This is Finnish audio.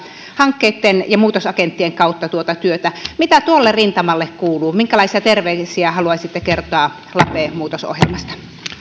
hankkeitten ja muutosagenttien kautta tuota työtä mitä tuolle rintamalle kuuluu minkälaisia terveisiä haluaisitte kertoa lape muutosohjelmasta